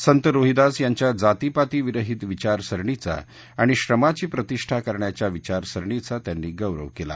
संत रोहिदास यांच्या जातीपाती विरहित विचारसरणीचा आणि श्रमाची प्रतिष्ठा करण्याच्या विचारसरणीचा गौरव केला